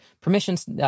permissions